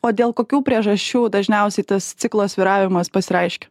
o dėl kokių priežasčių dažniausiai tas ciklo svyravimas pasireiškia